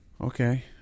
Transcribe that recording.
Okay